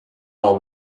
all